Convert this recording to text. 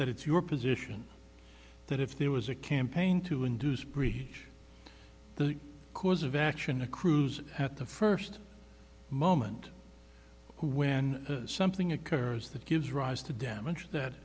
t's your position that if there was a campaign to induce greed the course of action accrues at the first moment when something occurs that gives rise to damage that